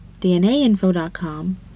DNAInfo.com